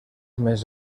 més